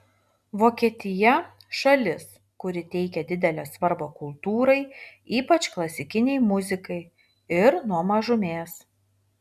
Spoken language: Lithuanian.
vokietija šalis kuri teikia didelę svarbą kultūrai ypač klasikinei muzikai ir nuo mažumės